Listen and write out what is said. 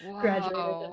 graduated